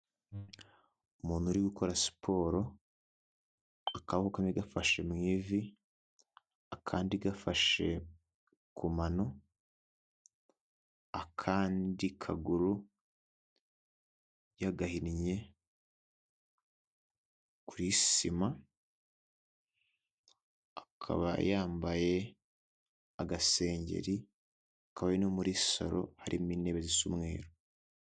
Umuntu uri gukora siporo akaboko niko gafashe mu ivi akandi gafashe kumano akandi kaguru y'agahinnye kuri sima akaba yambaye agasengeri no muri salon harimo intebe z'umweru.